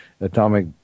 atomic